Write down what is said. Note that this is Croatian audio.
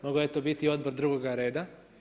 Mogao je to biti i odbor drugoga reda.